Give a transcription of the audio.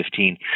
2015